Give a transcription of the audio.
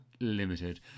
Limited